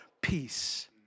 peace